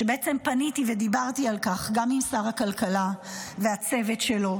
-- שבעצם פניתי ודיברתי על כך גם עם שר הכלכלה והצוות שלו,